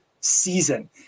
season